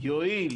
יואיל